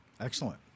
Excellent